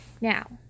now